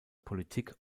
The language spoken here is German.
politik